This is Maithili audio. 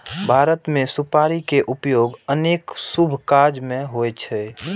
भारत मे सुपारी के उपयोग अनेक शुभ काज मे होइ छै